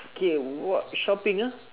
K what shopping ah